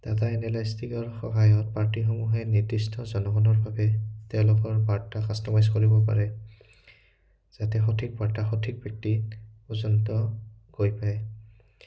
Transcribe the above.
data এনালাইষ্টিকৰ সহায়ত পাৰ্টীসমূহে নিৰ্দিষ্ট জনগণৰ বাবে তেওঁলোকৰ বাৰ্তা কাষ্টমাইজ কৰিব পাৰে যাতে সঠিক বাৰ্তা সঠিক ব্যক্তি পৰ্যন্ত গৈ পায়